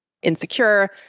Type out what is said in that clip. insecure